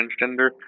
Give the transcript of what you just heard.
transgender